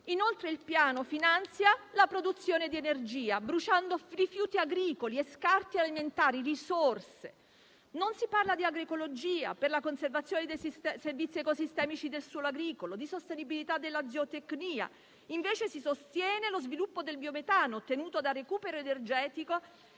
Inoltre, il Piano finanzia la produzione di energia bruciando rifiuti agricoli e scarti alimentari, che sono risorse. Non si parla di agroecologia per la conservazione dei servizi ecosistemici del suolo agricolo o di sostenibilità della zootecnia. Al contrario, si sostiene lo sviluppo del biometano ottenuto da recupero energetico